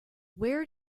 where